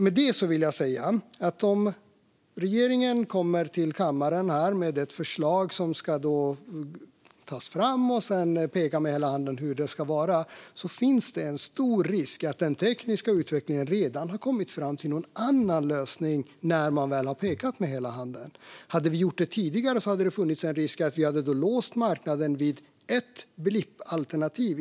Men om regeringen kommer till kammaren med ett förslag och pekar med hela handen i fråga om hur det ska vara finns det en stor risk att man med den tekniska utvecklingen redan har kommit fram till någon annan lösning. Hade vi gjort detta tidigare hade det funnits en risk att vi hade låst marknaden vid ett blippalternativ.